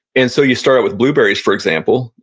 and so you start with blueberries, for example,